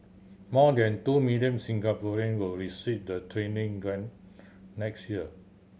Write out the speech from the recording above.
more than two million Singaporean will receive the training grant next year